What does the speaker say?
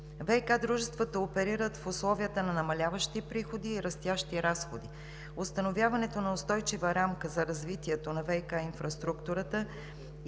ВиК дружествата оперират в условията на намаляващи приходи и растящи разходи. Установяването на устойчива рамка за развитието на ВиК инфраструктурата